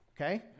Okay